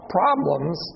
problems